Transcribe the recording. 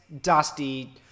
Dusty